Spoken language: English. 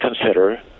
consider